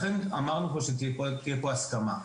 לכן אמרנו שתהיה פה הסכמה.